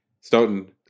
Stoughton